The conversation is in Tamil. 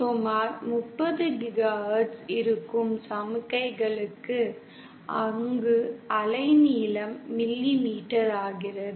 சுமார் 30 GHz இருக்கும் சமிக்ஞைகளுக்கு அங்கு அலைநீளம் மில்லிமீட்டராகிறது